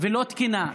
ולא תקינה.